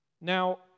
Now